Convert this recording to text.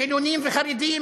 חילונים וחרדים,